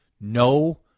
no